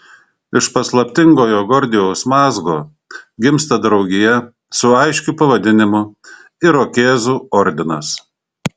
iš paslaptingojo gordijaus mazgo gimsta draugija su aiškiu pavadinimu irokėzų ordinas